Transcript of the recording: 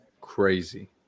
crazy